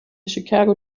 chicago